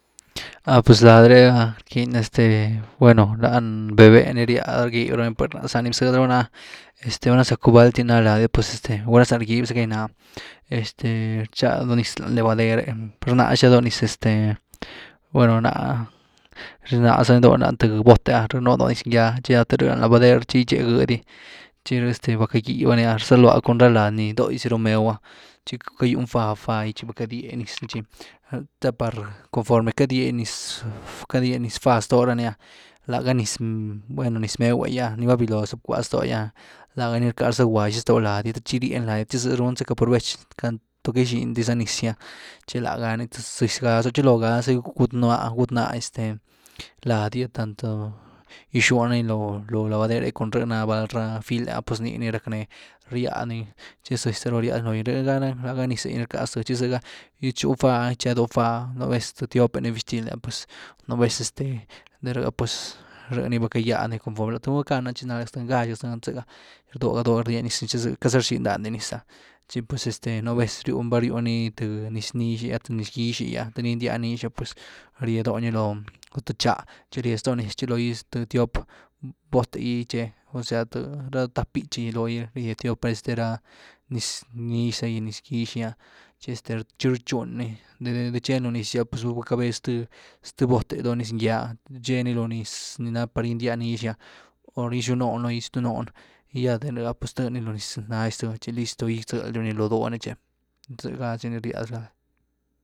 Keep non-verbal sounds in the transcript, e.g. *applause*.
Ah pues lady re’a rquiny, este bueno, *unintelligible* véh vpeh ni ryad ni, rgyb raba lány par na’h zani bzëdy rabá nare’a, este valna zacu bálty ná lady’a pues este gulá za rgyb zaca nii na’a pues este, rcha doo niz lany lavader’, rnázy za doo niz, este, bueno, ná’h rnáza dony lany th bot’e ah, rh nú’ doo niz ngýa, tchi enity lan lavader gytchia gëdy, tchi va cakgybya ni’a rzalooa cun ra lady nii do’isy ru mew’a tchi va cagýwni fá, fá’gy tchi va ckadye niz ni tchi, te par conforme ckadye niz-niz fá, la ztoo rani lagá niz, bueno, niz mew’w gy, nii vavyloo za ckwa ztogy ah, laga ni rcka rzagwaxa stoo lady, te tchi gýeni lady gi te tchi zrun zacka provech, tanto quiety gyxin-dyzca niz, tchi laga ni th zëzy gá za, chilo gaza zagy gutnaa este lady gy tanto gyxuna ni loo lavader’gy cun rh ná vald ra fila’ah pues ni ni rack nee ryad n. tchi zëzy rza ru rýaani logy, rh gá ni, laa ga niz’e gy ni rcká ztë, tchi zëga chi chuny fá, chá doo fá, nú vez, th tiop’e nii byxtil ni’ah nú vez este de rh’ pues rh’ ni va ckagyad ni, conforme dur rackan ah chi nalga zthëni, gáx ga ztëny, *unintelligible* dóh ga dóh ga rdye niz ni, chi z' quiety za rxin dáhn dy niz ‘ah tchi pues este nú vez ruyni vá rywni th niz nixy th niz gýx’y gy ‘ah the gyndya nix pues rye doo ni lo th nchá, chi rye stoo niz tchi loogy th tiop bote gy tche, osea ra táp býtchy lo gy rye tiop este ra niz nix, niz gýx’e gy ‘ah. tchi este rh rchywn ni, de rh chi cheni loo niz gy’ah va cabez zth bote dóh nz ngýa, cheeni lo niz ni ná par gyndia nix ni’ah, hor yzyw no’h logy, ya de rh pues tëdni lo niz ngýa zth, chi listo!, gy gytzëlyw ni loo dúh ni tchi, zëga zy ni ryad lady.